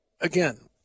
Again